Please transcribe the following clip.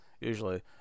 Usually